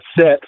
set